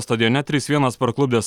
stadione trys vienas parklupdęs